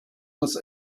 was